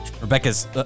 Rebecca's